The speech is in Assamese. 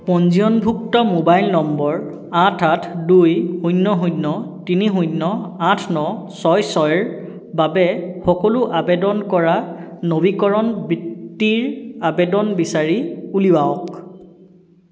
পঞ্জীয়নভুক্ত মোবাইল নম্বৰ আঠ আঠ দুই শূন্য শূন্য তিনি শূন্য আঠ ন ছয় ছয় ৰ বাবে সকলো আৱেদন কৰা নৱীকৰণ বৃত্তিৰ আৱেদন বিচাৰি উলিয়াওক